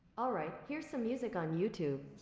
all right, here's some music on youtube.